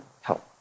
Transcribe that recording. help